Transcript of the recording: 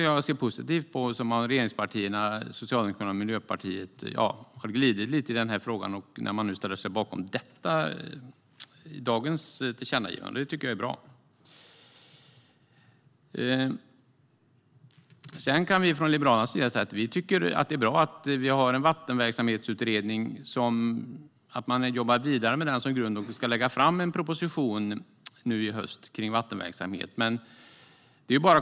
Jag ser positivt på att regeringspartierna, Socialdemokraterna och Miljöpartiet, har glidit lite i denna fråga och ställer sig bakom dagens tillkännagivande. Det är bra. Liberalerna tycker att det är bra att det finns en vattenverksamhetsutredning och att man jobbar vidare med den som grund och ska lägga fram en proposition i höst om vattenverksamhet.